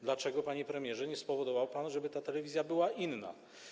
Dlaczego, panie premierze, nie spowodował pan, żeby ta telewizja była inna?